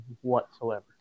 whatsoever